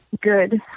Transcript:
Good